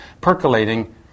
percolating